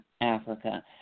Africa